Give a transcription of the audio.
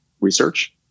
research